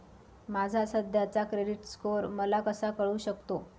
माझा सध्याचा credit score मला कसा कळू शकतो?